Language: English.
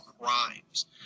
crimes